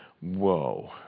Whoa